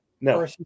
No